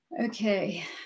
Okay